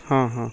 ହଁ ହଁ